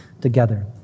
together